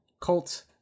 Cult